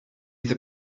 that